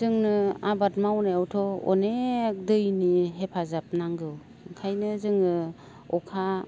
जोंनो आबाद मावनायावथ' अनेख दैनि हेफाजाब नांगौ ओंखायनो जोङो अखा